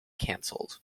cancelled